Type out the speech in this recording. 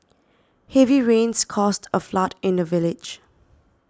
heavy rains caused a flood in the village